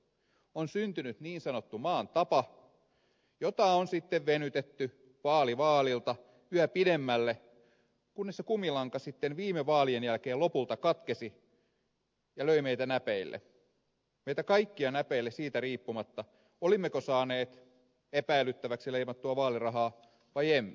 on syntynyt niin sanottu maan tapa jota on sitten venytetty vaali vaalilta yhä pidemmälle kunnes se kumilanka sitten viime vaalien jälkeen lopulta katkesi ja löi meitä näpeille meitä kaikkia näpeille siitä riippumatta olimmeko saaneet epäilyttäväksi leimattua vaalirahaa vai emme